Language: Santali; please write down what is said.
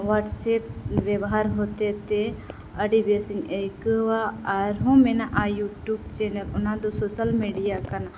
ᱦᱳᱣᱟᱴᱥᱮᱯ ᱵᱮᱵᱚᱦᱟᱨ ᱦᱚᱛᱮᱛᱮ ᱟᱹᱰᱤᱵᱮᱥ ᱤᱧ ᱟᱹᱭᱠᱟᱹᱣᱟ ᱟᱨᱦᱚᱸ ᱢᱮᱱᱟᱜᱼᱟ ᱤᱭᱩᱴᱩᱵ ᱪᱮᱱᱮᱞ ᱚᱱᱟ ᱫᱚ ᱥᱳᱥᱟᱞ ᱢᱤᱰᱤᱭᱟ ᱠᱟᱱᱟ